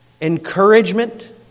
Encouragement